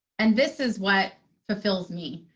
and this is what fulfills me.